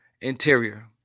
interior